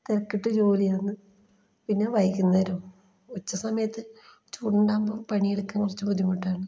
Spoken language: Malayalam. തിരക്കിട്ട ജോലിയാണ് പിന്നെ വൈകുന്നേരം ഉച്ചസമയത്ത് ചോറുണ്ണാനാവുമ്പോൾ പണിയെടുക്കാൻ കുറച്ച് ബുദ്ധിമുട്ടാണ്